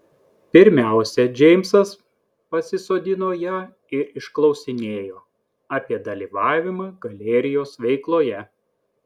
pirmiausia džeimsas pasisodino ją ir išklausinėjo apie dalyvavimą galerijos veikloje